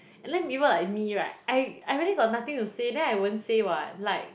and then people like me right I I really got nothing to say then I won't say what like